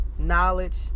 knowledge